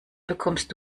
bekommst